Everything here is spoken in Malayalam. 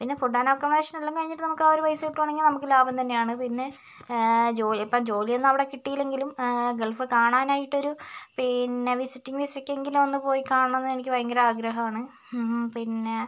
പിന്നെ ഫുഡ് ആൻഡ് അക്കോമഡേഷൻ എല്ലാം കഴിഞ്ഞിട്ട് നമുക്ക് ആ ഒരു പൈസ കിട്ടുകയാണെങ്കിൽ നമുക്ക് ലാഭം തന്നെയാണ് പിന്നെ ജോലി ഇപ്പോ ജോലിയൊന്നും അവിടെ കിട്ടിയില്ലെങ്കിലും ഗൾഫ് കാണാനായിട്ടൊരു പിന്നെ വിസിറ്റിംഗ് വിസക്കെങ്കിലും ഒന്ന് പോയി കാണണമെന്നെനിക്ക് ഭയങ്കര ആഗ്രഹാണ് പിന്നെ